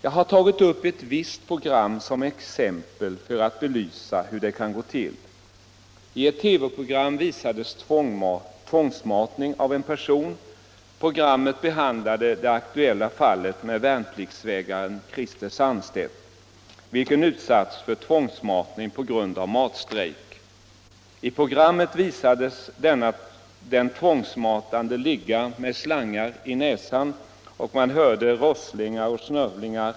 Jag har tagit upp ett visst program som exempel för att belysa hur det kan gå till. I ett TV-program visades tvångsmatning av en person. Programmet behandlade det aktuella fallet med värnpliktsvägraren Christer Sandstedt, vilken utsatts för tvångsmatning på grund av matstrejk. I programmet visades den tvångsmatade liggande med slangar i näsan, Nr 23 och man hörde rosslingar och snörvlingar.